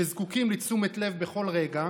שזקוקים לתשומת לב בכל רגע,